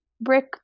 brick